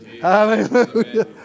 Hallelujah